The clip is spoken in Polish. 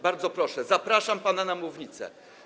Bardzo proszę, zapraszam pana na mównicę.